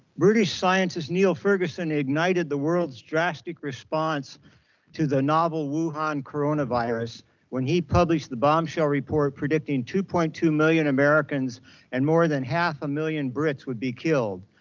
british scientists neil ferguson gnited the world's drastic response to the novel wuhan coronavirus when he published the bombshell report predicting two point two million americans and more than half a million brits would be killed.